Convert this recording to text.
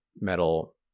metal